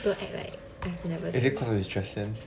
don't act like I've never told you